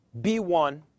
B1